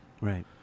Right